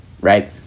right